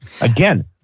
Again